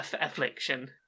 affliction